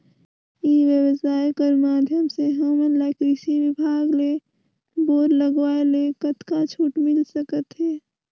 ई व्यवसाय कर माध्यम से हमन ला कृषि विभाग ले बोर लगवाए ले कतका छूट मिल सकत हे?